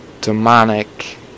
demonic